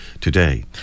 today